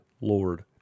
Lord